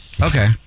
Okay